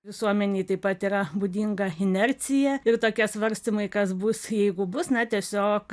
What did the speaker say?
visuomenei taip pat yra būdinga inercija ir tokie svarstymai kas bus jeigu bus na tiesiog